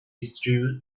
withdrew